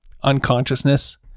unconsciousness